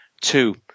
Two